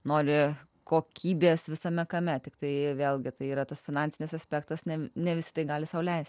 nori kokybės visame kame tik tai vėlgi tai yra tas finansinis aspektas ne ne visi tai gali sau leisti